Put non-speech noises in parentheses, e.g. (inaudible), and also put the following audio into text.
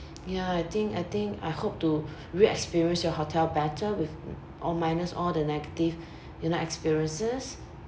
ya I think I think I hope to (breath) re experience your hotel better with mm minus all the negative (breath) you know experiences